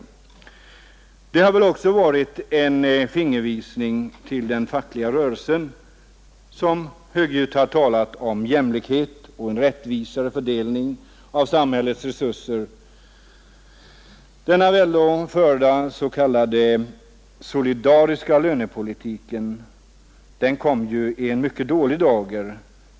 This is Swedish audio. Detta har väl också varit en fingervisning till den fackliga rörelsen, som högljutt har talat om jämlikhet och en rättvisare fördelning av samhällets resurser. Den av LO förda s.k. solidariska lönepolitiken kom i en mycket dålig dager.